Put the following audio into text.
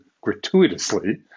gratuitously